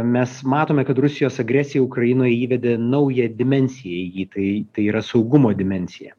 mes matome kad rusijos agresija ukrainoj įvedė naują dimensiją į tai tai yra saugumo dimensija